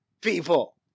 people